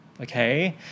okay